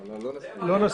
לא נספיק.